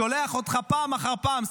שולח אותך פעם אחר פעם,